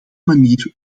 manier